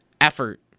effort